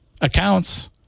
accounts